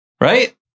right